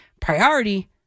priority